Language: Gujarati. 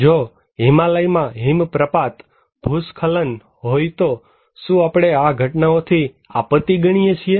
જો હિમાલયમાં હિમપ્રપાત ભૂસ્ખલન હોય તો શું આપણે આ ઘટનાઓને આપત્તિ ગણીએ છીએ